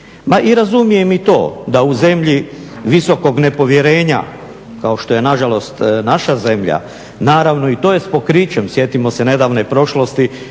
i razumijem i to da u zemlji visokog nepovjerenja kao što je na žalost naša zemlja naravno i to je s pokrićem, sjetimo se nedavne prošlosti